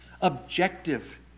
objective